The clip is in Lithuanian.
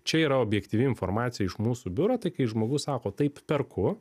čia yra objektyvi informacija iš mūsų biuro tai kai žmogus sako taip perku